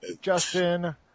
Justin